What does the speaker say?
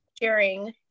sharing